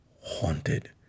haunted